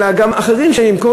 אלא גם אחרים שמגיעים,